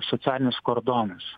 socialinis kordonas